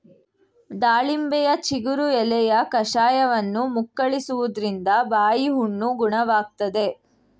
ದಾಳಿಂಬೆಯ ಚಿಗುರು ಎಲೆಯ ಕಷಾಯವನ್ನು ಮುಕ್ಕಳಿಸುವುದ್ರಿಂದ ಬಾಯಿಹುಣ್ಣು ಗುಣವಾಗ್ತದೆ